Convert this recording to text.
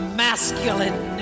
masculine